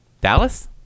Dallas